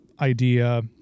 idea